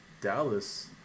Dallas